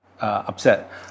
upset